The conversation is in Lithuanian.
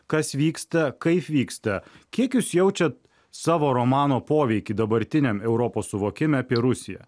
kas vyksta kaip vyksta kiek jūs jaučiat savo romano poveikį dabartiniam europos suvokime apie rusiją